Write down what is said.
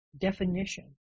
definition